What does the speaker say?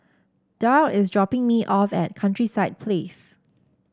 Darl is dropping me off at Countryside Place